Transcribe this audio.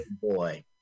boy